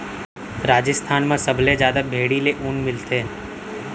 राजिस्थान म सबले जादा भेड़ी ले ऊन मिलथे